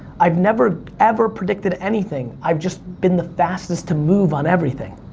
i've never, ever predicted anything, i've just been the fastest to move on everything.